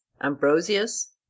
Ambrosius